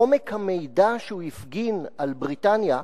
עומק המידע שהוא הפגין על בריטניה,